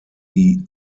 die